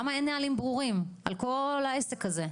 למה אין נהלים ברורים על כל העסק הזה?